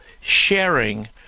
sharing